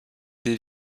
des